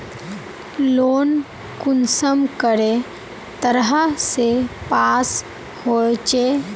Loan कुंसम करे तरह से पास होचए?